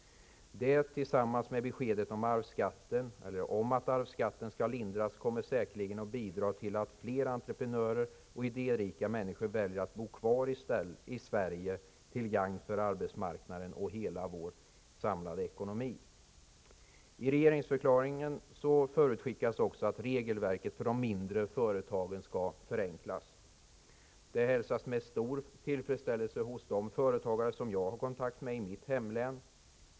Detta tillsammans med beskedet om att arvsskatten skall lindras kommer säkerligen att bidra till att fler entreprenörer och idérika människor väljer att bo kvar i Sverige, till gagn för arbetsmarknaden och hela vår ekonomi. I regeringsförklaringen förutskickas att regelverket för de mindre företagen skall förenklas. Detta hälsas med stor tillfredsställelse av de företagare som jag har kontakt med i mitt hemlän.